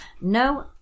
No